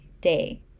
day